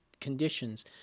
conditions